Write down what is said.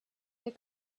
the